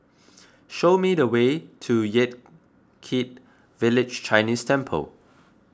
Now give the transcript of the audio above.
show me the way to Yan Kit Village Chinese Temple